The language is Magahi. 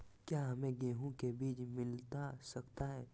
क्या हमे गेंहू के बीज मिलता सकता है?